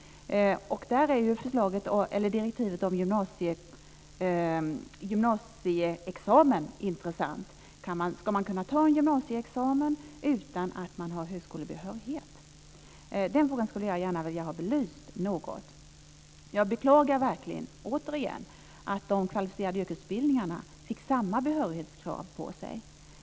Där är direktivet om gymnasieexamen intressant. Ska man kunna ta en gymnasieexamen utan att man har högskolebehörighet? Den frågan skulle jag gärna vilja ha något belyst. Jag beklagar verkligen återigen att de kvalificerade yrkesutbildningarna fick samma behörighetskrav på sig.